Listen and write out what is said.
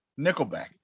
Nickelback